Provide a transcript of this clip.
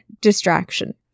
distraction